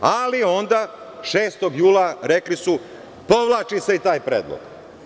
Ali, onda, 6. jula rekli su - povlači se i taj predlog.